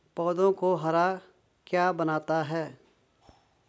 पौधों को हरा क्या बनाता है?